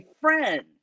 friend